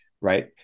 Right